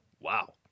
Wow